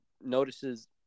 notices